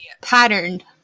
patterned